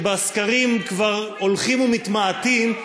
שבסקרים הולכים ומתמעטים,